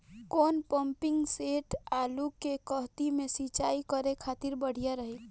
कौन pumping set आलू के कहती मे सिचाई करे खातिर बढ़िया रही?